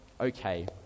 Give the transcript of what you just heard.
okay